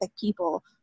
people